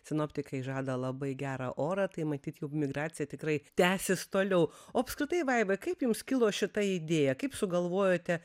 sinoptikai žada labai gerą orą tai matyt jau migracija tikrai tęsis toliau o apskritai vaiva kaip jums kilo šita idėja kaip sugalvojote